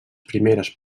primeres